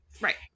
Right